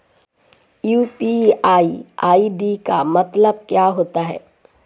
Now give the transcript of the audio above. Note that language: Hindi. यू.पी.आई आई.डी का मतलब क्या होता है?